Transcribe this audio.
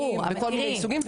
יש כל מיני סוגים,